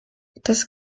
das